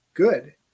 good